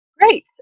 great